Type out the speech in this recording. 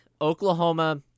Oklahoma